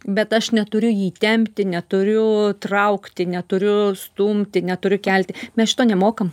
bet aš neturiu jį tempti neturiu traukti neturiu stumti neturiu kelti mes šito nemokam